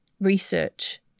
research